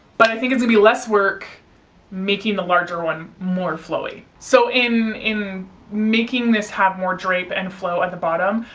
but i think it's going to be less work making the larger one more flowy. so in in making this have more drape and flow at the bottom,